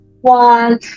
one